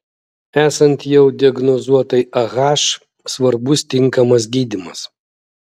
esant jau diagnozuotai ah svarbus tinkamas gydymas